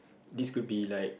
this could be like